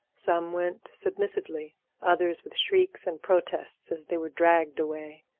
some went submissively others with shrieks and protests as they were dragged away.